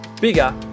Bigger